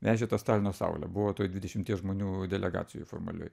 vežė tą stalino saulę buvo toj dvidešimties žmonių delegacijoj formalioj